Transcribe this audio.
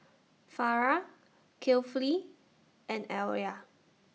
Farah Kefli and Alya